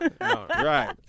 Right